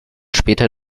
später